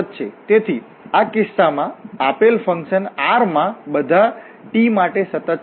તેથી આ કિસ્સામાં આપેલફંકશન R માં બધા t માટે સતત છે